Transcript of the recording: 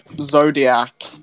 Zodiac